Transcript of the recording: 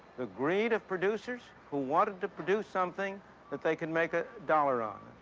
the greed of producers who wanted to produce something that they can make a dollar on.